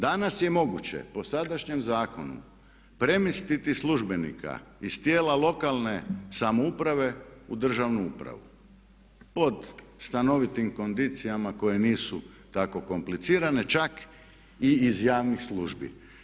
Danas je moguće po sadašnjem zakonu premjestiti službenika iz tijela lokalne samouprave u državnu upravu pod stanovitim kondicijama koje nisu tako komplicirane čak i iz javnih službi.